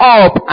up